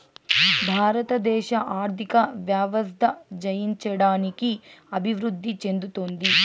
భారతదేశ ఆర్థిక వ్యవస్థ జయించడానికి అభివృద్ధి చెందుతోంది